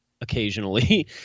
occasionally